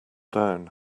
down